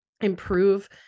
improve